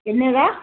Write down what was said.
ਕਿੰਨੇ ਦਾ